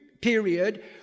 period